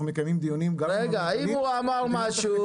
מקיימים דיונים גם --- אם הוא אמר משהו